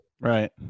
Right